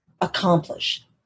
accomplish